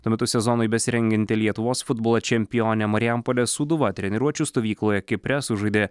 tuo metu sezonui besirengianti lietuvos futbolo čempionė marijampolės sūduva treniruočių stovykloje kipre sužaidė